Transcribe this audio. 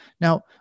Now